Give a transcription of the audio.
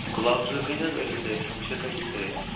gloves زٕ گٔے نَہ حظ أتھۍ سۭتۍ یِم چھِ تٔتھی سۭتۍ